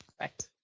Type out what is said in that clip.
Right